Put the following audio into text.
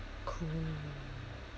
cool